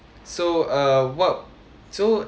so uh what so